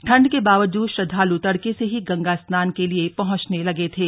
ठंड के बावजूद श्रद्धालू तड़के से ही गंगा स्नान के लिए पहुंचने लगे थे